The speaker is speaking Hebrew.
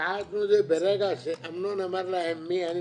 תיעדנו את זה וברגע שאמנון אמר להם מי אני,